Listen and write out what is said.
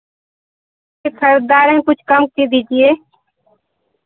ठीक है दाम कुछ कम के दीजिए